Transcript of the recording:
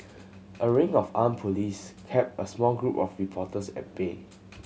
a ring of armed police kept a small group of reporters at bay